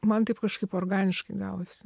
man taip kažkaip organiškai gavosi